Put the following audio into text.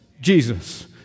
Jesus